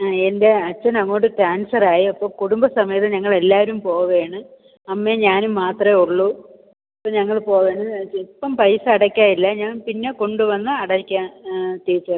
ആ എൻ്റെ അച്ഛനങ്ങോട്ട് ട്രാൻസ്ഫറായി അപ്പോൾ കുടുംബസമേതം ഞങ്ങളെല്ലാവരും പോവുകയാണ് അമ്മയും ഞാനും മാത്രമേ ഉള്ളൂ ഞങ്ങൾ പോവുകയാണ് ഇപ്പം പൈസ അടക്കാൻ ഇല്ല ഞാൻ പിന്നെ കൊണ്ട് വന്ന് അടക്കാം ടീച്ചർ